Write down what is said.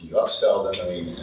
upsell them, i mean.